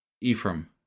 Ephraim